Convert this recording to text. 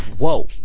Whoa